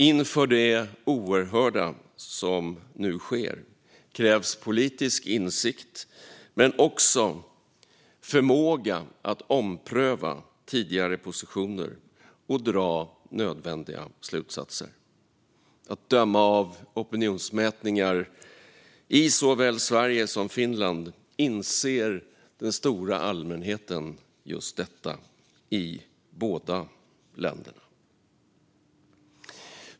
Inför det oerhörda som nu sker krävs politisk insikt, men också förmåga att ompröva tidigare positioner och dra nödvändiga slutsatser. Att döma av opinionsmätningar i såväl Sverige som Finland inser den stora allmänheten just detta i båda länderna.